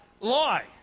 lie